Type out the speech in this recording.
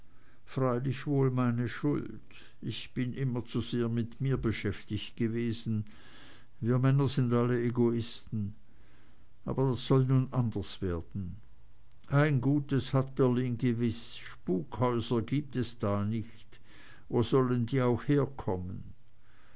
freilich wohl meine schuld ich bin immer zu sehr mit mir beschäftigt gewesen wir männer sind alle egoisten aber das soll nun anders werden ein gutes hat berlin gewiß spukhäuser gibt es da nicht wo sollen die auch herkommen